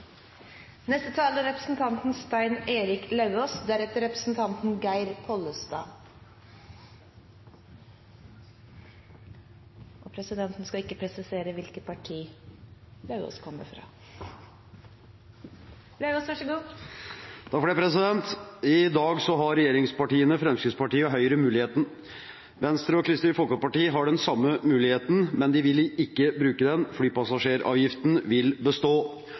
Neste taler er representanten Stein Erik Lauvås. Og presidenten skal ikke presisere hvilket parti Lauvås kommer fra. I dag har regjeringspartiene Fremskrittspartiet og Høyre muligheten. Venstre og Kristelig Folkeparti har den samme muligheten, men vil ikke bruke den. Flypassasjeravgiften vil bestå.